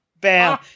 bam